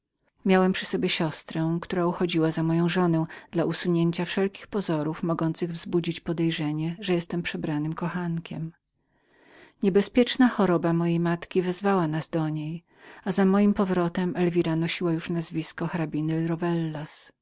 miałem przy sobie siostrę która uchodziła za moją żonę dla usunięcia wszelkich pozorów mogących dać do zrozumienia że byłem przebranym kochankiem niebezpieczna choroba mojej matki powołała nas w jej objęcia a za moim powrotem elwira nosiła już nazwisko